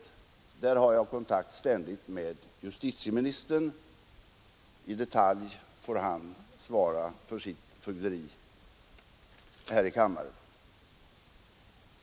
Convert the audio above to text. I det avseendet har jag ständigt kontakt med justitieministern. I detalj får han svara för sitt fögderi här i kammaren.